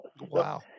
Wow